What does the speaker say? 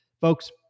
Folks